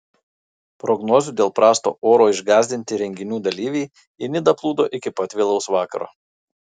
prognozių dėl prasto oro išgąsdinti renginių dalyviai į nidą plūdo iki pat vėlaus vakaro